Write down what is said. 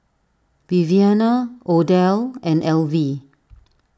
Viviana Odell and Elvie